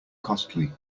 costly